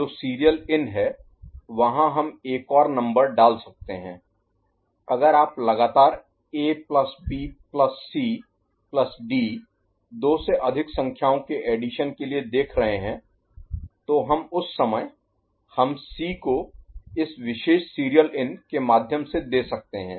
जो serial in है वहां हम एक और नंबर डाल सकते हैं अगर आप लगातार A plus B plus C plus D ABCD दो से अधिक संख्याओं के एडिशन के लिए देख रहे हैं तो हम उस समय हम C को इस विशेष सीरियल इन के माध्यम से दे सकते हैं